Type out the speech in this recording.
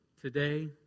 today